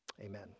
Amen